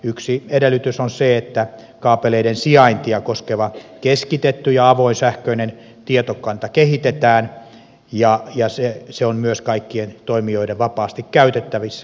yksi edellytys on se että kaapeleiden sijaintia koskeva keskitetty ja avoin sähköinen tietokanta kehitetään ja se on myös kaikkien toimijoiden vapaasti käytettävissä